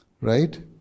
Right